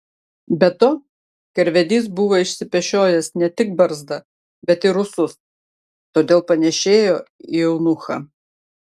be to karvedys buvo išsipešiojęs ne tik barzdą bet ir ūsus todėl panėšėjo į eunuchą